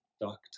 dark